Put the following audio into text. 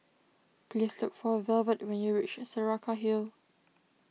please look for Velvet when you reach Saraca Hill